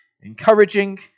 encouraging